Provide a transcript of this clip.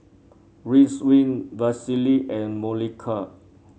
Vagisil and Molicare